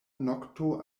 nokto